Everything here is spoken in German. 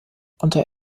unter